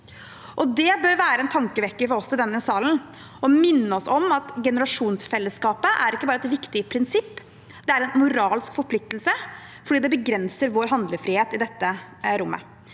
Det bør være en tankevekker for oss i denne salen og minne oss på at generasjonsfellesskapet ikke bare er et viktig prinsipp; det er også en moralsk forpliktelse, fordi det begrenser vår handlefrihet i dette rommet.